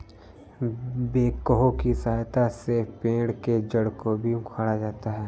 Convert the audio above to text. backhoe की सहायता से पेड़ के जड़ को भी उखाड़ा जाता है